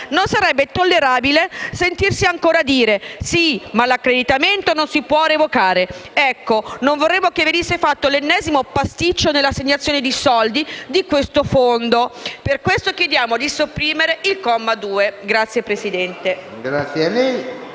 non sarebbe tollerabile sentirsi ancora dire: sì, ma l'accreditamento non si può revocare. Ecco, non vorremmo che venisse fatto l'ennesimo pasticcio nell'assegnazione dei soldi a questo Fondo. Per questo chiediamo di sopprimere il comma 2.